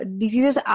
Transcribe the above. diseases